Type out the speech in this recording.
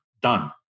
done